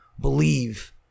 believe